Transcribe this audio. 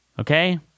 Okay